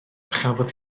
chafodd